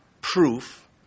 proof